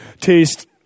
taste